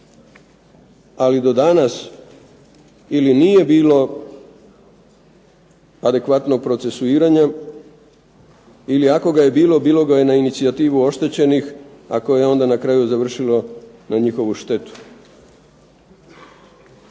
ali do danas ili nije bilo adekvatnog procesuiranja ili ako ga je bilo bilo ga je na inicijativu oštećenih, a koje je onda na kraju završilo na njihovu štetu.